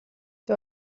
die